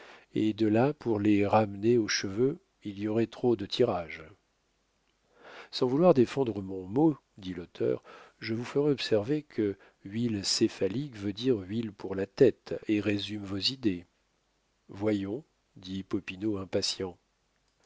et de là pour les ramener aux cheveux il y aurait trop de tirage sans vouloir défendre mon mot dit l'auteur je vous ferai observer que huile céphalique veut dire huile pour la tête et résume vos idées voyons dit popinot impatient